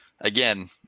Again